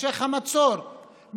המשך המצור,